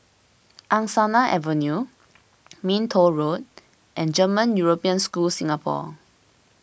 Angsana Avenue Minto Road and German European School Singapore